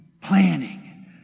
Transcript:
planning